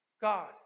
God